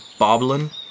Boblin